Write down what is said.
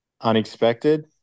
unexpected